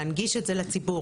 להנגיש את זה לציבור.